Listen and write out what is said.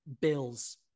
Bills